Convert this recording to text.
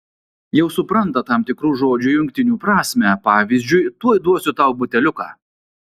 jau supranta tam tikrų žodžių jungtinių prasmę pavyzdžiui tuoj duosiu tau buteliuką